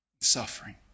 suffering